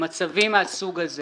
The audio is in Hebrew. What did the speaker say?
במצבים מהסוג הזה